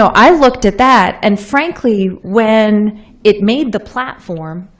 so i looked at that. and frankly, when it made the platform,